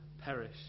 perish